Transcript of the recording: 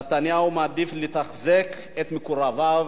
נתניהו מעדיף לתחזק את מקורביו,